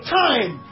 time